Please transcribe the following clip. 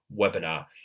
webinar